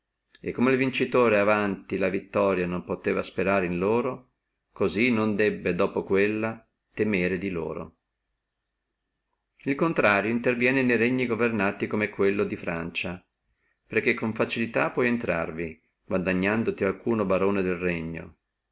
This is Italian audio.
e come el vincitore avanti la vittoria non poteva sperare in loro cosí non debbe dopo quella temere di loro el contrario interviene ne regni governati come quello di francia perché con facilità tu puoi intrarvi guadagnandoti alcuno barone del regno